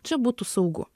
čia būtų saugu